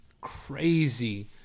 crazy